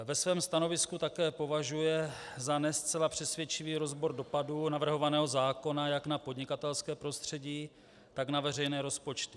Ve svém stanovisku také považuje za ne zcela přesvědčivý rozbor dopadů navrhovaného zákona jak na podnikatelské prostředí, tak na veřejné rozpočty.